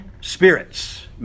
spirits